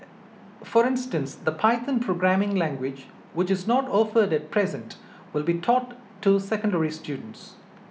for instance the Python programming language which is not offered at present will be taught to secondary students